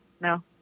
No